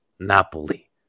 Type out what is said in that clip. Napoli